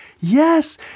yes